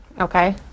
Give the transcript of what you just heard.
okay